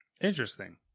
Interesting